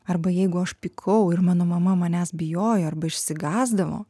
arba jeigu aš pykau ir mano mama manęs bijojo arba išsigąsdavo